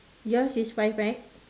yours is five right